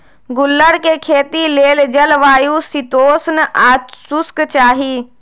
गुल्लर कें खेती लेल जलवायु शीतोष्ण आ शुष्क चाहि